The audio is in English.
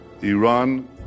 Iran